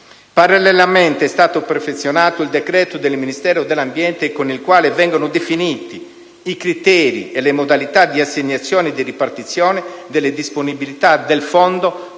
Parallelamente, è stato perfezionato il decreto del Ministero dell'ambiente con il quale vengono definiti i criteri e le modalità di assegnazione e di ripartizione delle disponibilità del fondo per la